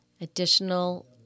Additional